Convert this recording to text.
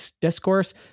discourse